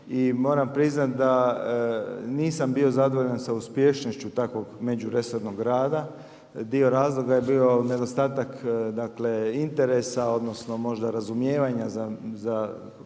moram priznati da nisam bio zadovoljan sa uspješnošću takvog međuresornog rada. Dio razloga je bio nedostatak interesa odnosno možda razumijevanja za kompleksne